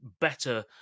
better